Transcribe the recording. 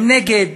הם נגד.